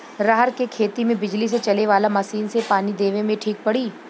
रहर के खेती मे बिजली से चले वाला मसीन से पानी देवे मे ठीक पड़ी?